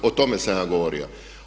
O tome sam ja govorio.